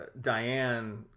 Diane